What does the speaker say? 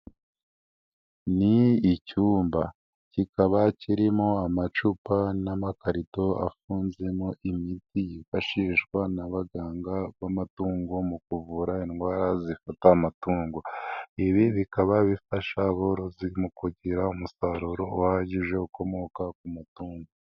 Ni icyumba. Kikaba kirimo amacupa n'amakarito afunzemo imiti yifashishwa n'abaganga b'amatungo mu kuvura indwara zifata amatungo. Ibi bikaba bifasha aborozi mu kugira umusaruro uhagije ukomoka ku matungo.